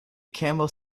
camel